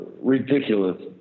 ridiculous